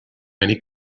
many